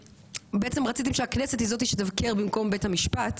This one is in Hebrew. בעצם רציתם שהכנסת היא זאתי שתבקר במקום בית המשפט,